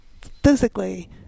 physically